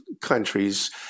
countries